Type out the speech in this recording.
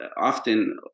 often